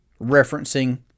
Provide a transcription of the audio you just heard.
referencing